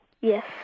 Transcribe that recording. Yes